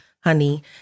honey